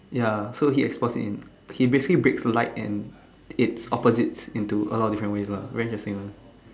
ya so he explores in he basically breaks light and it's opposites into a lot different ways lah very interesting one